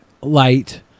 light